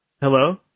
Hello